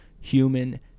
human